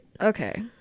Okay